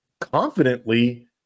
Confidently